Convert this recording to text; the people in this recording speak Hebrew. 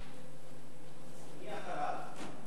מי אחריו?